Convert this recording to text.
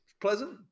Pleasant